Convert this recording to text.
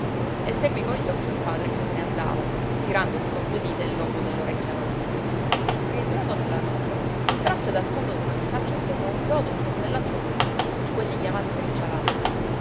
e seguí con gli occhi il padre che se ne andava stirandosi con due dita il lobo dell'orecchia manca rientrato nella roba trasse dal fondo d'una bisaccia appesa a un chiodo un coltellaccio lungo di quelli chiamati